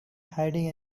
hiding